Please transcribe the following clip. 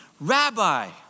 Rabbi